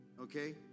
Okay